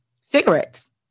cigarettes